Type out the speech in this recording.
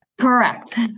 Correct